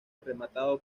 rematado